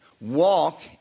walk